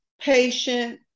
patient